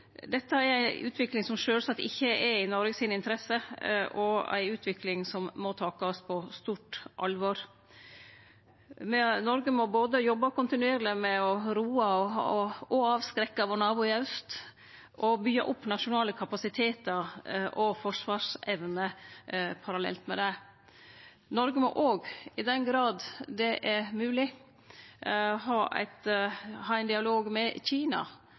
Dette er ei utvikling som sjølvsagt ikkje er i Noreg sine interesser, og ei utvikling som må takast på stort alvor. Noreg må både jobbe kontinuerleg med å roe og avskrekke vår nabo i aust og byggje opp nasjonale kapasitetar og forsvarsevne parallelt med det. Noreg må også, i den grad det er mogleg, ha ein dialog med Kina